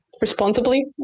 responsibly